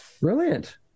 Brilliant